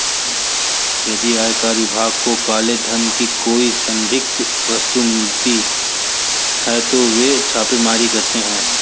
यदि आयकर विभाग को काले धन की कोई संदिग्ध वस्तु मिलती है तो वे छापेमारी करते हैं